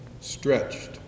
stretched